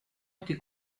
été